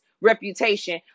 reputation